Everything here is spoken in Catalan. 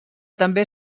també